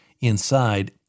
Inside